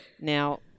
Now